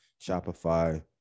Shopify